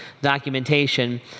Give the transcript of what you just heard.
documentation